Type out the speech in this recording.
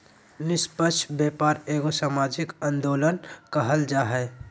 निस्पक्ष व्यापार एगो सामाजिक आंदोलन कहल जा हइ